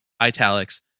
italics